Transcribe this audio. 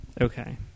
Okay